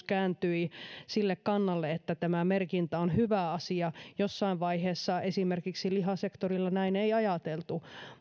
kääntyi sille kannalle että tämä merkintä on hyvä asia jossain vaiheessa esimerkiksi lihasektorilla näin ei ajateltu